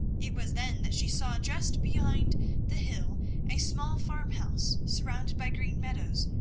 it was then that she saw just behind the hill a small farmhouse surrounded by green meadows,